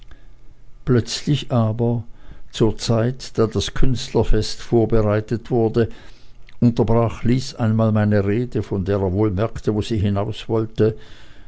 plötzlich aber zur zeit da das künstlerfest vorbereitet wurde unterbrach lys einmal meine rede von der er wohl merkte wo sie hinauswollte